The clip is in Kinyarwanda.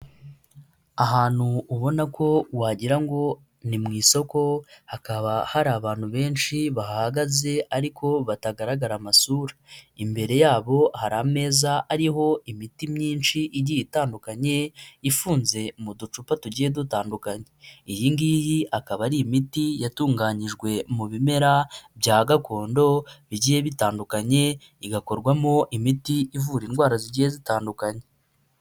Ahantu ubona ko wagirango ni mu isoko hakaba hari abantu benshi bahahagaze ariko batagaragara amasura, imbere yabo hari ameza ariho imiti myinshi igiye itandukanye ifunze mu ducupa tugiye dutandukanye, iyi ngiyi ikaba ari imiti yatunganyijwe mu bimera bya gakondo bigiye bitandukanye igakorwamowo imiti ivura indwara zigiye zitandukanye.